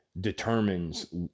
determines